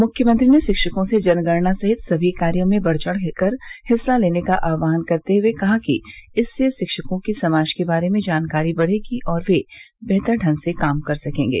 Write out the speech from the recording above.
मुख्यमंत्री ने शिक्षकों से जनगणना सहित सभी कार्यो में बढ़चढ़ कर हिस्सा लेने का आहवान करते हुए कहा कि इससे शिक्षकों की समाज के बारे में जानकारी बढ़ेगी और वे बेहतर ढंग से कार्य कर सकेंगे